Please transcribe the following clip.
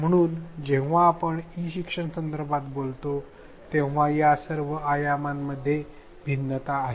म्हणून जेव्हा आपण ई शिक्षण संदर्भात बोलतो तेव्हा या सर्व आयामांमध्ये भिन्नता आहेत